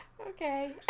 Okay